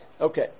Okay